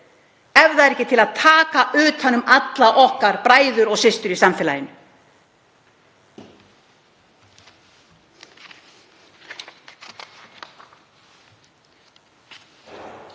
ef það er ekki til að taka utan um alla okkar bræður og systur í samfélaginu.